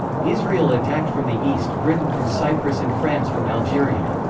israel attacked from the east, britain from cyprus and france from algeria.